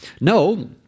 No